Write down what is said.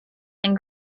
and